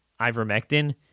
ivermectin